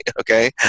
Okay